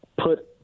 put